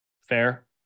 Fair